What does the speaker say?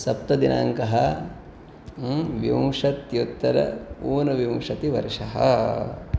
सप्तदिनाङ्कः विंशत्युत्तर ऊनविंशतिवर्षः